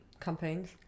campaigns